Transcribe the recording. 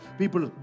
people